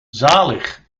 zalig